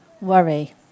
worry